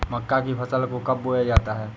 मक्का की फसल को कब बोया जाता है?